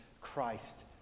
Christ